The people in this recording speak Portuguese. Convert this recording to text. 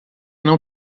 não